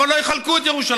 אבל לא יחלקו את ירושלים,